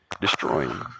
destroying